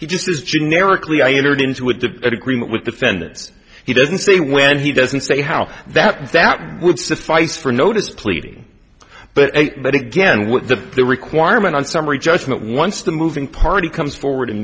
he just says generically i entered into with the agreement with defendants he doesn't say when he doesn't say how that that would suffice for a notice pleading but but again with the requirement on summary judgment once the moving party comes forward and